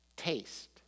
taste